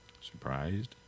Surprised